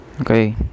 Okay